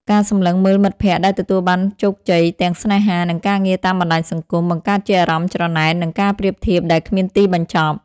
ការសម្លឹងមើលមិត្តភក្តិដែលទទួលបានជោគជ័យទាំងស្នេហា និងការងារតាមបណ្តាញសង្គម បង្កើតជាអារម្មណ៍ច្រណែន និងការប្រៀបធៀបដែលគ្មានទីបញ្ចប់។